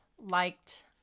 liked